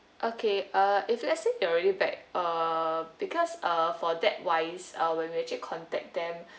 okay uh if let's say you're already back uh because uh for that wise when we actually contact them